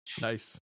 Nice